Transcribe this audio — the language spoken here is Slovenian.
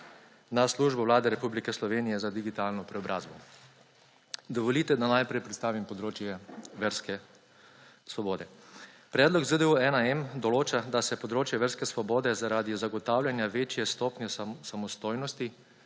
na Službo Vlade Republike Slovenije za digitalno preobrazbo. Dovolite, da najprej predstavim področje verske svobode. Predlog ZDU-1m določa, da se področje verske svobode, zaradi zagotavljanja večje stopnje samostojnosti